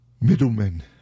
Middlemen